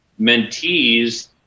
mentees